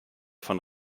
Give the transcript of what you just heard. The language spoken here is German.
von